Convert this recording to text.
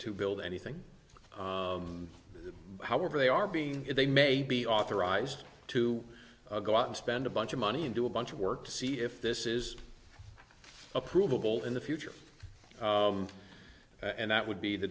to build anything however they are being they may be authorized to go out and spend a bunch of money and do a bunch of work to see if this is a provable in the future and that would be the